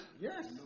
Yes